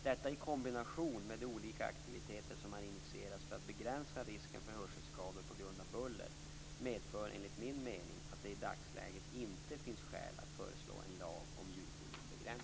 Detta, i kombination med de olika aktiviteter som har initierats för att begränsa risken för hörselskador på grund av buller, medför enligt min mening att det i dagsläget inte finns skäl att föreslå en lag om ljudvolymbegränsning.